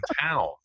town